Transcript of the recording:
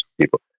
people